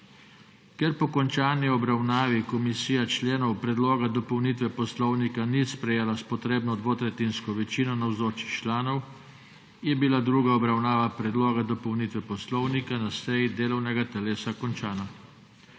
Ker po končani obravnavi komisija členov Predloga dopolnitve Poslovnika Državnega zbora ni sprejela s potrebno dvotretjinsko večino navzočih članov, je bila druga obravnava Predloga dopolnitve Poslovnika na seji delovnega telesa končana.